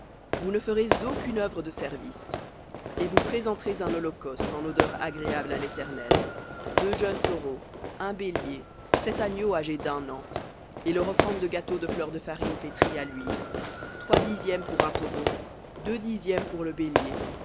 vous ne ferez aucune œuvre de service et vous présenterez un holocauste en odeur agréable à l'éternel deux jeunes taureaux un bélier sept agneaux âgés d'un an et leur offrande de gâteau de fleur de farine pétrie à l'huile trois dixièmes pour un taureau deux dixièmes pour le bélier